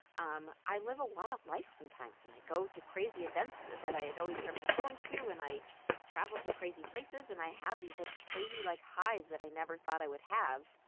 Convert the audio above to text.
um i live a wild life sometimes. and i go to crazy events that i had always dreamt of going to. and i travel to crazy places. and i have these, like, crazy, like, highs that i never thought i would have.